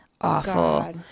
Awful